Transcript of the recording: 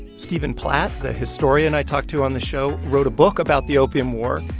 stephen platt, the historian i talked to on the show, wrote a book about the opium war.